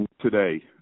today